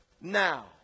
now